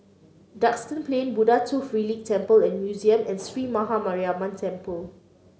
Duxton Plain Buddha Tooth Relic Temple and Museum and Sree Maha Mariamman Temple